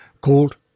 called